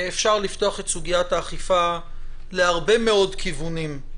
אפשר לפתוח את סוגיית האכיפה להרבה מאוד כיוונים.